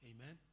Amen